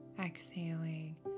Exhaling